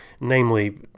namely